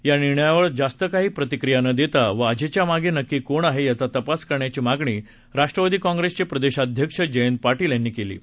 या निर्णयावर जास्त काही प्रतिक्रिया न देता वाझेच्या मागे नक्की कोण आहे याचा तपास करण्याची मागणी राष्ट्रवादी काँग्रेसचे प्रदेशाध्यक्ष जयंत पाटील यांनी केली आहे